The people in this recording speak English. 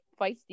feisty